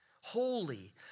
holy